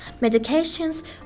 medications